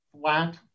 flat